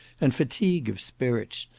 and fatigue of spirits,